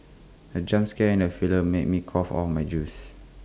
the jump scare in the film made me cough out my juice